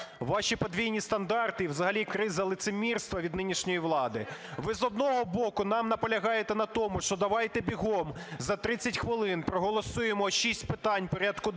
ваші подвійні стандарти і взагалі криза лицемірства від нинішньої влади. Ви, з одного боку, нам наполягаєте на тому, що давайте бігом за 30 хвилин проголосуємо шість питань порядку